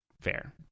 Fair